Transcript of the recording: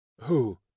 Who